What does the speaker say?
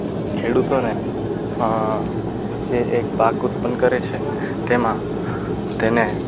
ખેડૂતોને જે એક પાક ઉત્પન્ન કરે છે તેમાં તેને